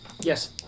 Yes